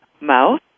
mouth